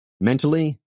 Mentally